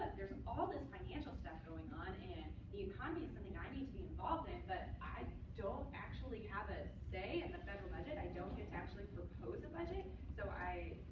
there's all this financial stuff going on, and the economy is something i need to be involved in. but i don't actually have a say in the federal budget. i don't get to actually propose a budget. so, you